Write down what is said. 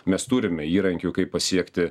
mes turime įrankių kaip pasiekti